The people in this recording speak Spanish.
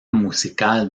musical